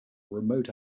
remote